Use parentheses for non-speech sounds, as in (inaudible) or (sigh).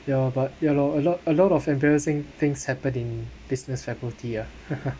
ya but ya loh a lot a lot of embarrassing things happened in business faculty ah (laughs)